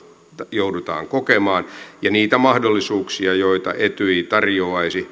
joudutaan kokemaan ja niitä mahdollisuuksia joita etyj tarjoaisi